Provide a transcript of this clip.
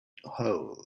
hole